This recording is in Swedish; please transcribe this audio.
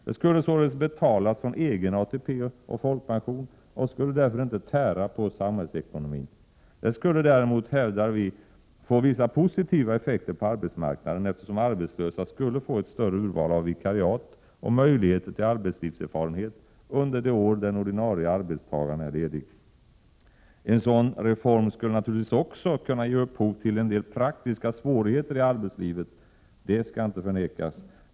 Det skulle således betalas från egen ATP och folkpension och skulle därför inte tära på samhällsekonomin. Det skulle däremot, hävdar vi, få vissa positiva effekter på arbetsmarknaden eftersom arbetslösa skulle få ett större urval av vikariat och möjligheter till arbetslivserfarenhet under det år den ordinarie arbetstagaren är ledig. En sådan reform skulle naturligtvis också kunna ge upphov till en del praktiska svårigheter i arbetslivet, det skall inte förnekas.